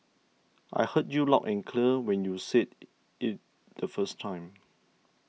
I heard you loud and clear when you said it the first time